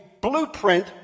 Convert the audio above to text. blueprint